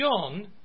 John